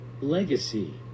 Legacy